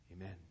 Amen